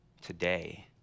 today